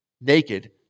naked